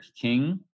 King